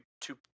two